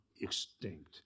extinct